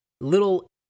little